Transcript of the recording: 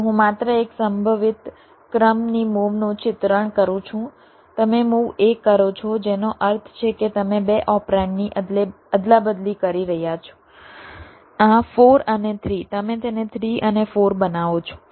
તો હું માત્ર એક સંભવિત ક્રમની મૂવનું ચિત્રણ કરું છું તમે મૂવ a કરો છો જેનો અર્થ છે કે તમે બે ઓપરેન્ડની અદલાબદલી કરી રહ્યા છો આ 4 અને 3 તમે તેને 3 અને 4 બનાવો